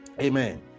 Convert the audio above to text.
Amen